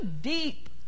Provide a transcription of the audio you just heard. deep